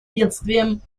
бедствиям